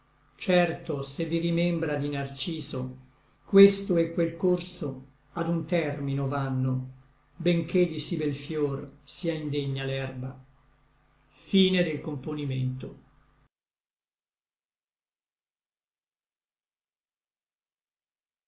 certo se vi rimembra di narcisso questo et quel corso ad un termino vanno benché di sí bel fior sia indegna